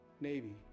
Navy